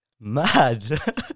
mad